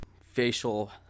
facial